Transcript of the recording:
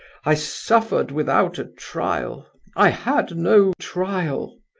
i suffered without a trial i had no trial.